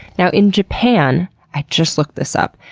now in japan, i just looked this up,